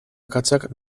akatsak